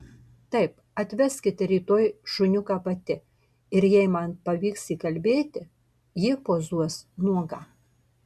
taip atveskite rytoj šuniuką pati ir jei man pavyks įkalbėti ji pozuos nuoga